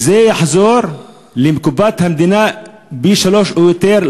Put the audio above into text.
יחזור לקופת המדינה פי-שלושה או יותר,